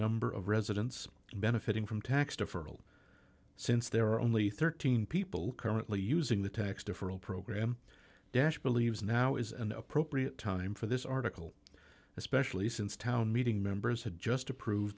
number of residents benefiting from tax deferral since there are only thirteen people currently using the tax deferral program dash believes now is an appropriate time for this article especially since town meeting members had just approve